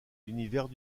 l’univers